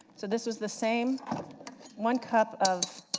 so this was the same one cup of